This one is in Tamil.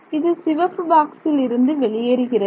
இது சிவப்பு பாக்ஸில் இருந்து வெளியேறுகிறது